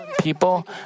people